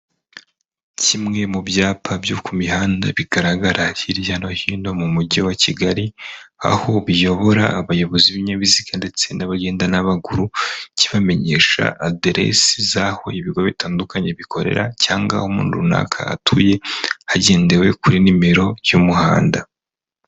Kimwe mu byapa byo ku mihanda bigaragara hirya no hino mu mujyi wa Kigali, aho biyobora abayobozi b'inyabiziga ndetse n'abagenda n'abaguru, kibamenyesha aderesi z'aho ibigo bitandukanye bikorera, cyangwa umuntu runaka atuye ,hagendewe kuri nimero y'umuhanda.